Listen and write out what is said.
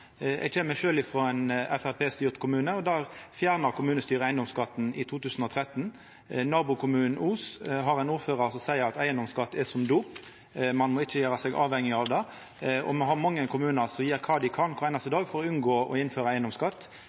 Eg kjem sjølv frå ein framstegspartistyrt kommune. Der fjerna kommunestyret eigedomsskatten i 2013. Nabokommunen Os har ein ordførar som seier at eigedomsskatten er som dop – ein må ikkje gjera seg avhengig av det. Me har mange kommunar som gjer kva dei kan kvar einaste dag for å unngå å innføra eigedomsskatt.